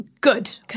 Good